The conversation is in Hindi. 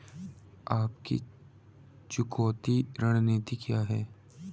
आपकी चुकौती रणनीति क्या है?